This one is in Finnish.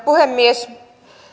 puhemies